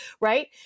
right